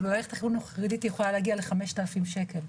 ובמערכת החינוך החרדית היא יכולה להגיע ל-5,000 שקל.